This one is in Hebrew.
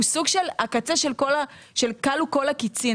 שהוא סוג של הקצה של כלו כל הקיצים.